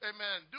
Amen